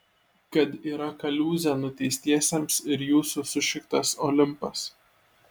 kad yra kaliūzė nuteistiesiems ir jūsų sušiktas olimpas